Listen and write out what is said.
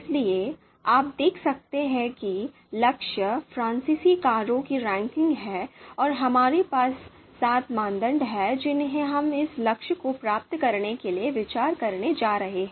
इसलिए आप देख सकते हैं कि लक्ष्य फ्रांसीसी कारों की रैंकिंग है और हमारे पास सात मानदंड हैं जिन्हें हम इस लक्ष्य को प्राप्त करने के लिए विचार करने जा रहे हैं